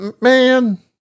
Man